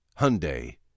Hyundai